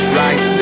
right